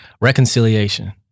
Reconciliation